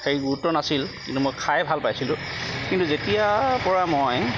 হেৰি গুৰুত্ব নাছিল কিন্তু মই খাই ভাল পাইছিলোঁ কিন্তু যেতিয়াৰ পৰা মই